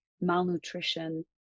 malnutrition